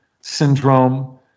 syndrome